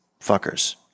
Fuckers